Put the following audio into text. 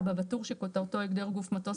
בטור שכותרתו "הגדר גוף מטוס",